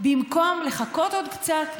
במקום לחכות עוד קצת,